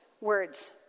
words